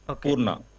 Purna